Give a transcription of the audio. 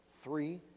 three